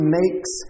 makes